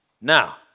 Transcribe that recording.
now